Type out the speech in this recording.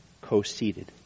co-seated